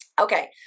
Okay